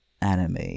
anime